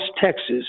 Texas